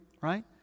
right